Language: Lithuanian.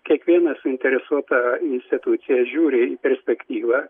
kiekviena suinteresuota institucija žiūri į perspektyvą